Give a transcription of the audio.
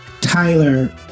Tyler